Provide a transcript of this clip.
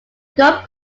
golf